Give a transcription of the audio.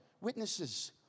Witnesses